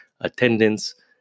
attendance